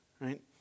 right